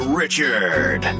richard